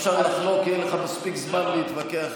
אפשר לחלוק, יהיה לך מספיק זמן להתווכח איתו,